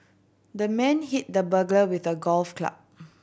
the man hit the burglar with a golf club